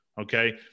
Okay